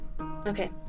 okay